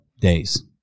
days